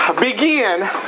begin